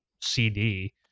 CD